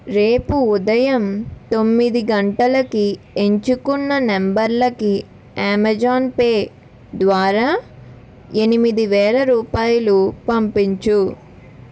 రేపు ఉదయం తొమ్మిది గంటలకి ఎంచుకున్న నెంబర్లకి అమెజాన్ పే ద్వారా ఎనిమిది వేల రూపాయలు పంపించుము